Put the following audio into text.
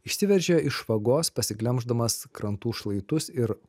išsiveržė iš vagos pasiglemždamas krantų šlaitus ir